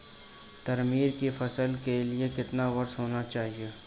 तारामीरा की फसल के लिए कितनी वर्षा होनी चाहिए?